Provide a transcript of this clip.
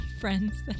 Friends